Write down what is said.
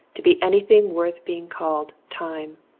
to be anything worth being called time.